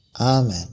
Amen